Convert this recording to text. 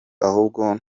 ahubwo